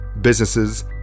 businesses